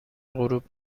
غروب